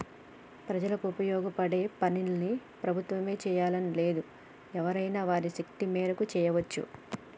ప్రజలకు ఉపయోగపడే పనుల్ని ప్రభుత్వమే జెయ్యాలని లేదు ఎవరైనా వారి శక్తి మేరకు జెయ్యచ్చు